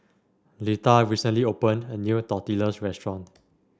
Letha recently opened a new Tortillas restaurant